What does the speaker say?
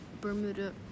Bermuda